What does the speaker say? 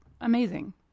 amazing